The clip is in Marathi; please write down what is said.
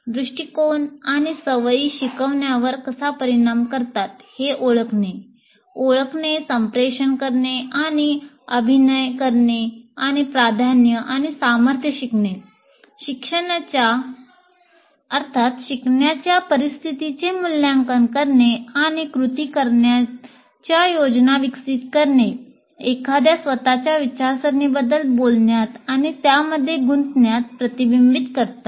दृष्टीकोन आणि सवयी शिकण्यावर कसा परिणाम करतात हे ओळखणे ओळखणे संप्रेषण करणे आणि अभिनय करणे आणि प्राधान्ये आणि सामर्थ्ये शिकणे शिकण्याच्या परिस्थितीचे मूल्यांकन करणे आणि कृती करण्याच्या योजना विकसित करणे एखाद्याच्या स्वत च्या विचारसरणीबद्दल बोलण्यात आणि त्यामध्ये गुंतण्यावर प्रतिबिंबित करतात